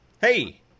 Hey